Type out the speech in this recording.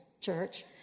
church